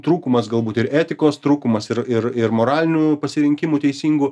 trūkumas galbūt ir etikos trūkumas ir ir ir moralinių pasirinkimų teisingų